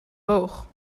boog